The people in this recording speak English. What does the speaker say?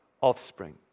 offspring